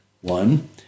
One